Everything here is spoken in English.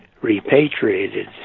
repatriated